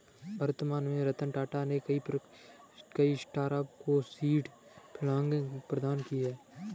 वर्तमान में रतन टाटा ने कई स्टार्टअप को सीड फंडिंग प्रदान की है